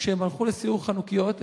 כשהם הלכו לסיור חנוכיות.